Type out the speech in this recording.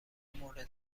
مورد